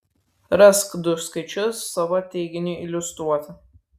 rask du skaičius savo teiginiui iliustruoti